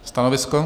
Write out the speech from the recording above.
Stanovisko?